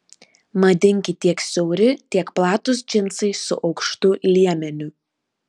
madingi tiek siauri tiek ir platūs džinsai su aukštu liemeniu